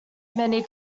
many